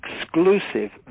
exclusive